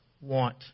want